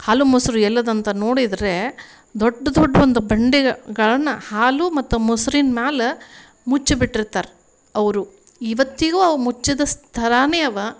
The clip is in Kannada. ಹಾಲು ಮೊಸರು ಎಲ್ಲಿದ್ ಅಂತ ನೋಡಿದರೆ ದೊಡ್ಡ ದೊಡ್ಡ ಒಂದು ಬಂಡಿಗಳನ್ನು ಹಾಲು ಮತ್ತು ಮೊಸ್ರಿನ ಮ್ಯಾಲೆ ಮುಚ್ಚಿ ಬಿಟ್ಟಿರ್ತಾರೆ ಅವರು ಇವತ್ತಿಗೂ ಅವು ಮುಚ್ಚಿದ ಥರನೇ ಇವೆ